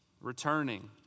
returning